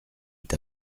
est